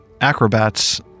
acrobats